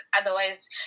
otherwise